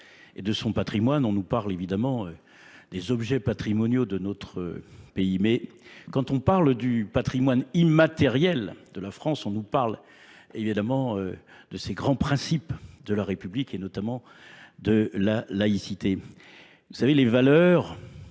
et de son patrimoine, on nous parle évidemment des objets patrimoniaux de notre pays. Mais quand on parle du patrimoine immatériel de la France, on nous parle évidemment de ces grands principes de la République et notamment de la laïcité. Vous savez, les valeurs,